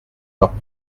leurs